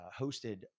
hosted